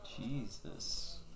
Jesus